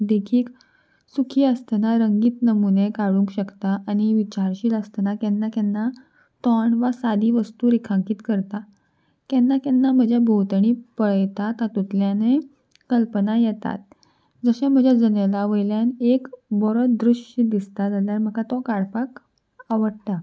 देखीक सुखी आसतना रंगीत नमुने काडूंक शकता आनी विचारशील आसतना केन्ना केन्ना तोंण वा सादी वस्तू रेखांकीत करता केन्ना केन्ना म्हज्या भोंवतणी पळयता तातूंतल्यानय कल्पना येतात जशें म्हज्या जनेला वयल्यान एक बरो दृश्य दिसता जाल्यार म्हाका तो काडपाक आवडटा